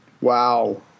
Wow